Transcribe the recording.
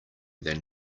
than